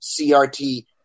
CRT